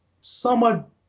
somewhat